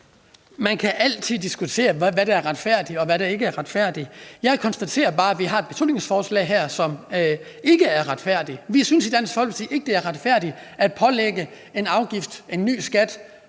Man kan altid diskutere, hvad der er retfærdigt, og hvad der ikke er retfærdigt. Jeg konstaterer bare, at vi har et beslutningsforslag her, som ikke er retfærdigt. Vi synes i Dansk Folkeparti ikke, det er retfærdigt at indføre en afgift, en ny skat